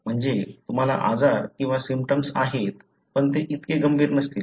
म्हणजे तुम्हाला आजार किंवा सिम्पटम्स आहेत पण ते इतके गंभीर नसतील